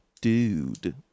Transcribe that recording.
Dude